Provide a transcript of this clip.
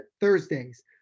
Thursdays